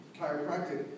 chiropractic